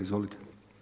Izvolite.